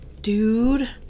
dude